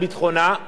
מחפשים במות